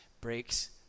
breaks